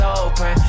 open